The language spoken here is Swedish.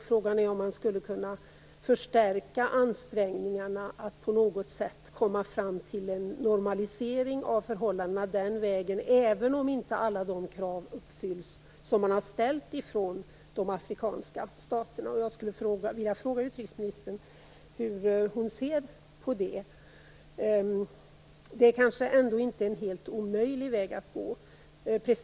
Frågan är om man skulle kunna förstärka ansträngningarna att på något sätt komma fram till en normalisering av förhållandena den vägen även om inte alla de krav som de afrikanska staterna ställt uppfylls. Hur ser utrikesministern på detta? Det kanske ändå inte är en helt omöjlig väg att gå.